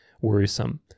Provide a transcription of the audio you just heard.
worrisome